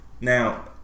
Now